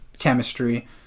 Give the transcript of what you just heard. chemistry